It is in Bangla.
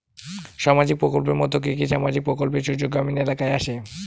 সামাজিক প্রকল্পের মধ্যে কি কি সামাজিক প্রকল্পের সুযোগ গ্রামীণ এলাকায় আসে?